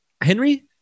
Henry